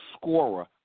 scorer